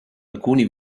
alcuni